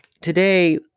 Today